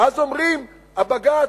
ואז אומרים: הבג"ץ.